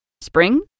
Spring